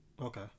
Okay